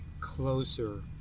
closer